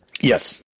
Yes